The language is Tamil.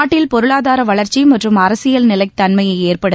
நாட்டில் பொருளாதார வளர்ச்சி மற்றும் அரசியல் நிலைத் தன்மையை ஏற்படுத்த